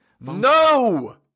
No